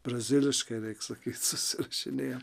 braziliškai reik sakyt susirašinėjam